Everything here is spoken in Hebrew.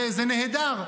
זה נהדר.